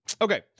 okay